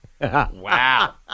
Wow